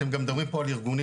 אתם מדברים פה על ארגונים,